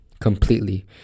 completely